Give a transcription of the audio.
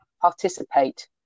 participate